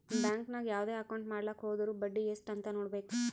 bank ನಾಗ್ ಯಾವ್ದೇ account ಮಾಡ್ಲಾಕ ಹೊದುರ್ ಬಡ್ಡಿ ಎಸ್ಟ್ ಅಂತ್ ನೊಡ್ಬೇಕ